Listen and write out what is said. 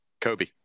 Kobe